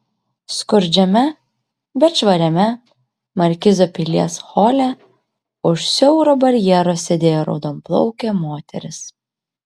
skurdžiame bet švariame markizo pilies hole už siauro barjero sėdėjo raudonplaukė moteris